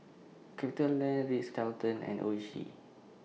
CapitaLand Ritz Carlton and Oishi